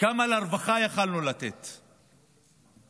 כמה יכולנו לתת לרווחה,